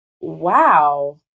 wow